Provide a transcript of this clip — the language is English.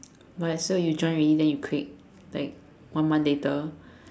what so you join already then you quit like one month later